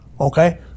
okay